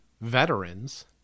veterans